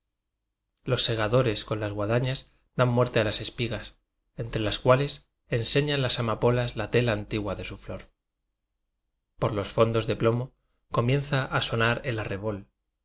los segadores con las guadañas dan muerte a las espigas entre las cuales ense ñan las amapolas la tela antigua de su flor por los fondos de plomo comienza a so nar el arrebol